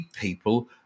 people